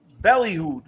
belly-hood